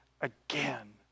again